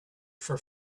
for